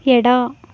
ಎಡ